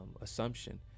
assumption